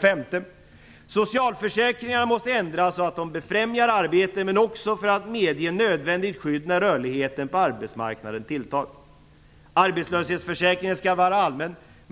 5. Socialförsäkringarna måste ändras så att de befrämjar arbete, men också för att medge nödvändigt skydd när rörligheten på arbetsmarknaden tilltar. Arbetslöshetsförsäkringen skall vara allmän.